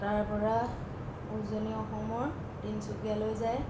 তাৰ পৰা উজনি অসমৰ তিনচুকীয়ালৈ যায়